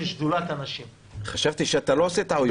שדולת הנשים -- חשבתי שאתה לא עושה טעויות.